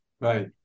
right